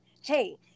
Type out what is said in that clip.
hey